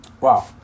Wow